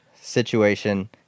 situation